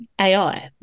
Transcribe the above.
AI